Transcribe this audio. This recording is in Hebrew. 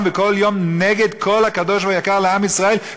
וכל יום היא נגד כל הקדוש והיקר לעם ישראל,